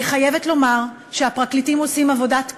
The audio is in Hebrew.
אני חייבת לומר שהפרקליטים עושים עבודת קודש.